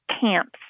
camps